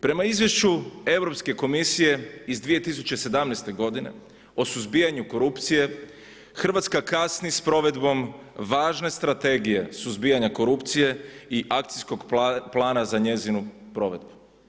Prema izvješću Europske komisije iz 2017. godine o suzbijanju korupcije, hrvatska kasni s provedbom važne strategije suzbijanja korupcije i akcijskog plana za njezinu provedbu.